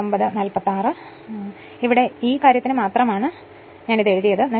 അതിനാൽ ഈ കാര്യത്തിനായി മാത്രമാണ് ഞാൻ എഴുതിയത്